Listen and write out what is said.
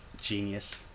Genius